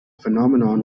phenomenon